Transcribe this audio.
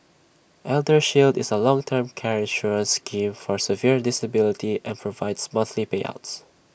eldershield is A long term care insurance scheme for severe disability and provides monthly payouts